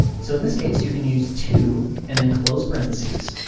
so, in this case, you can use two and then close parenthesis.